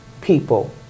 people